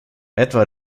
etwa